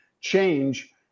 change